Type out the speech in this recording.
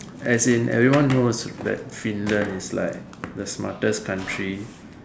as in everyone knows that Finland is like the smartest country